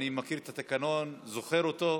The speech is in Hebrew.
אני מכיר את התקנון וזוכר אותו.